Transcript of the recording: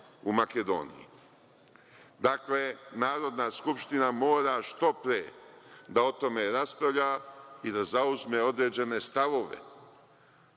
u Makedoniji. Narodna skupština mora što pre da o tome raspravlja i da zauzme određene stavove.